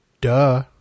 Duh